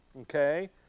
okay